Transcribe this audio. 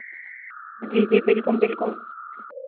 जी जी बिलकुल बिलकुल